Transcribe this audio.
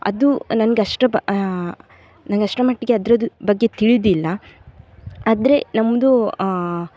ಅದು ನಂಗೆ ಅಷ್ಟು ಬ ನಂಗೆ ಅಷ್ಟರ ಮಟ್ಟಿಗೆ ಅದರದ್ದು ಬಗ್ಗೆ ತಿಳಿದಿಲ್ಲ ಆದರೆ ನಮ್ಮದು